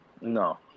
No